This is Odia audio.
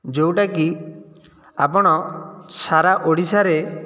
ଯେଉଁଟା କି ଆପଣ ସାରା ଓଡ଼ିଶାରେ